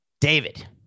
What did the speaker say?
David